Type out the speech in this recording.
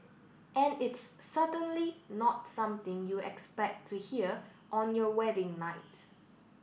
and it's certainly not something you expect to hear on your wedding night